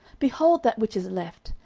behold that which is left!